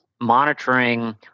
monitoring